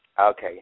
Okay